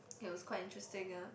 it was quite interesting eh